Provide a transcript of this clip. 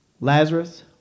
Lazarus